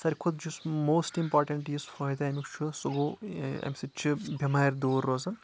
ساروے کھۄتہٕ یُس موسٹ اِمپارٹنٹ یُس فٲیدٕ امیُک چھُ سُہ گۆو امہِ سۭتۍ چھُ بیمارِ دوٗر روزان